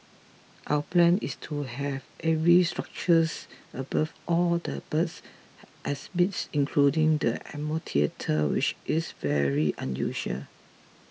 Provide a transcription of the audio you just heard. our plan is to have aviary structures above all the birds exhibits including the amphitheatre which is very unusual